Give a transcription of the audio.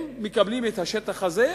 הם מקבלים את השטח הזה,